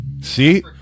See